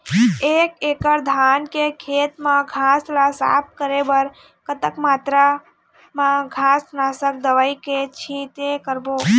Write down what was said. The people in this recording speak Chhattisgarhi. एक एकड़ धान के खेत मा घास ला साफ करे बर कतक मात्रा मा घास नासक दवई के छींचे करबो?